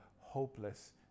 hopeless